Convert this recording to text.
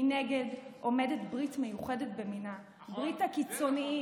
מנגד עומדת ברית מיוחדת במידה, ברית הקיצונים.